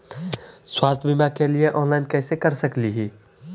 स्वास्थ्य बीमा के लिए ऑनलाइन कैसे कर सकली ही?